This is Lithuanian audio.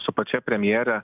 su pačia premjere